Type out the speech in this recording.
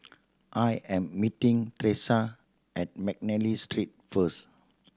I am meeting Teressa at McNally Street first